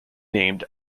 named